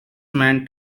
man